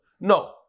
No